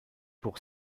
pour